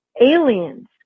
aliens